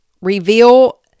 Reveal